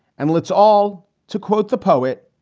and let's all to quote the poet.